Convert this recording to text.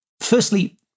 Firstly